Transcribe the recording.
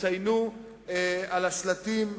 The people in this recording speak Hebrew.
יציינו על השלטים,